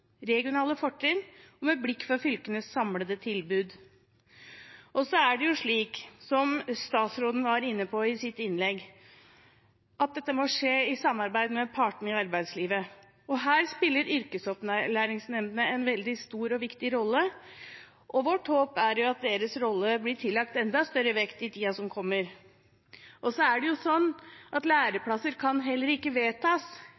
regionale fortrinn og med blikk på fylkenes samlede tilbud. Så det er slik, som statsråden var inne på i sitt innlegg, at dette må skje i samarbeid med partene i arbeidslivet. Her spiller yrkesopplæringsnemndene en veldig stor og viktig rolle, og vårt håp er at deres rolle blir tillagt enda større vekt i tiden som kommer. Læreplasser kan heller ikke vedtas. Læreplasser må stilles til disposisjon fra næringslivet, og næringslivet i Norge er